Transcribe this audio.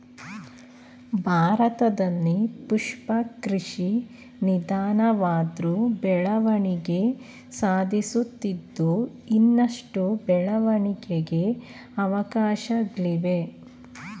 ಭಾರತದಲ್ಲಿ ಪುಷ್ಪ ಕೃಷಿ ನಿಧಾನವಾದ್ರು ಬೆಳವಣಿಗೆ ಸಾಧಿಸುತ್ತಿದ್ದು ಇನ್ನಷ್ಟು ಬೆಳವಣಿಗೆಗೆ ಅವಕಾಶ್ಗಳಿವೆ